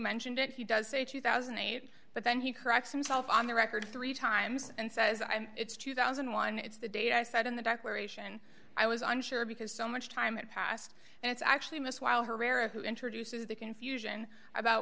mentioned it he does say two thousand and eight but then he corrects himself on the record three times and says i'm it's two thousand and one it's the date i said in the declaration i was unsure because so much time had passed and it's actually missed while herrera who introduces the confusion about